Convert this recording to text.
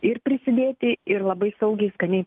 ir prisidėti ir labai saugiai skaniai